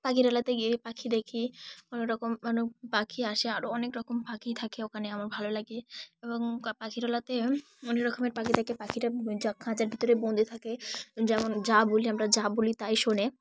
পাখিরালয়তে গিয়ে পাখি দেখি অনেক রকম অনেক পাখি আসে আরও অনেক রকম পাখি থাকে ওখানে আমার ভালো লাগে এবং পাখিরালয়তে অনেক রকমের পাখি থাকে পাখিরা যা খাঁচার ভিতরে বন্দি থাকে যেমন যা বলি আমরা যা বলি তাই শোনে